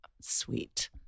Sweet